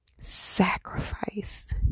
Sacrifice